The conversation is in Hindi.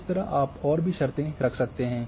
इसी तरह आप और भी शर्तें रख सकते हैं